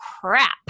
crap